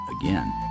again